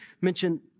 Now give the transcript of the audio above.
mention